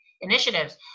initiatives